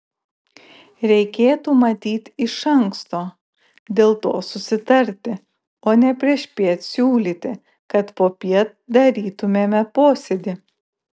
reikėtų matyt iš anksto dėl to susitarti o ne priešpiet siūlyti kad popiet darytumėme posėdį